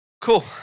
Cool